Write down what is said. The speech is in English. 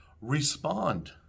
respond